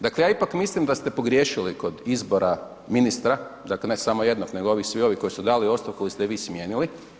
Dakle ja ipak mislim da ste pogriješili kod izbora ministra, dakle ne samo jednog nego svi ovi koji su dali ostavku ili ste ih vi smijenili.